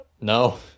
No